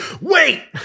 wait